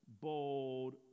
bold